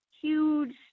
huge